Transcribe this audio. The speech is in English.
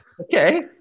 Okay